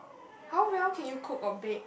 how well can you cook or bake